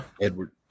Edward